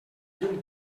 llum